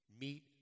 Meet